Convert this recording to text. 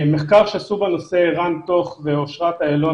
מחקר שעשו בנושא ערן טוך ואושרת אילון